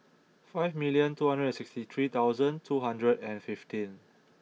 five million two hundred and sixty three thousand two hundred and fifteen